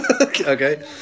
Okay